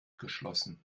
geschlossen